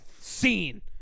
Scene